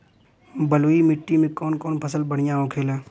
बलुई मिट्टी में कौन कौन फसल बढ़ियां होखेला?